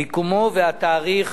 מיקומו והתאריך